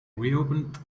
reopened